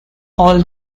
all